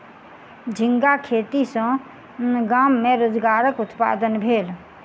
झींगा खेती सॅ गाम में रोजगारक उत्पादन भेल